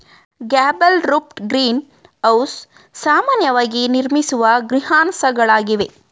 gable roofed green house ಸಾಮಾನ್ಯವಾಗಿ ನಿರ್ಮಿಸುವ ಗ್ರೀನ್ಹೌಸಗಳಾಗಿವೆ